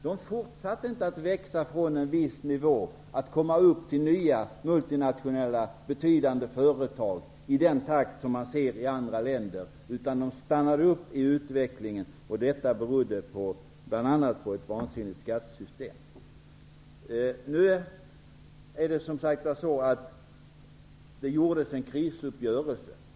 De fortsatte inte att växa från en viss nivå till betydande multinationella företag, i samma takt som i andra länder. De stannade upp i utvecklingen, och detta berodde bl.a. på ett vansinnigt skattesystem. Det träffades en krisuppgörelse.